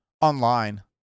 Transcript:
Online